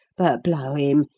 but, blow him!